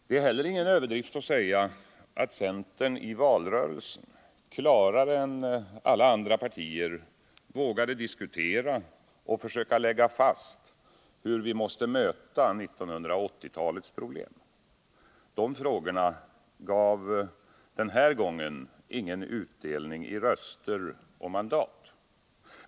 Det är heller ingen överdrift att säga, att centern i valrörelsen klarare än alla andra partier vågade diskutera och försöka lägga fast hur vi måste möta 1980-talets problem. Dessa frågor gav dock inte den här gången utdelning i röster och mandat.